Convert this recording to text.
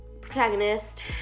protagonist